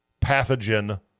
pathogen